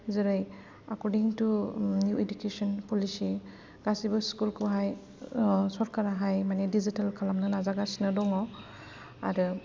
जेरै according to new education policy गासैबो स्कुलखौहाय सरखारा माने डिजिटेल खालामनो नाजागासिनो दङ आरो